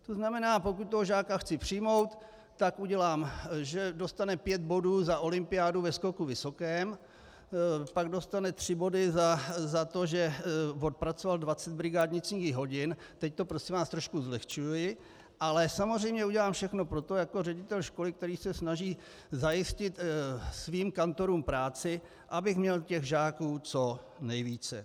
To znamená, pokud toho žáka chci přijmout, tak udělám, že dostane 5 bodů za olympiádu ve skoku vysokém, pak dostane 3 body za to, že odpracoval 20 brigádnických hodin teď to prosím vás trošku zlehčuji , ale samozřejmě udělám všechno pro to jako ředitel školy, který se snaží zajistit svým kantorům práci, abych měl těch žáků co nejvíce.